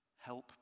help